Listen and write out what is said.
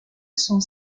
sont